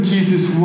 Jesus